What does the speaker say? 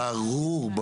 ברור.